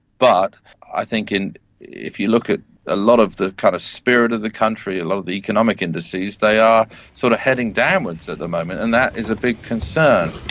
but i think and if you look at a lot of the kind of spirit of the country, a lot of the economic indices, they are sort of heading downwards at the moment, and that is a big concern.